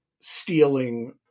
stealing